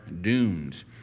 doomed